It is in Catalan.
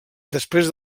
després